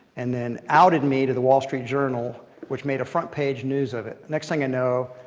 and then outed me to the wall street journal, which made a front page news of it. next thing i know,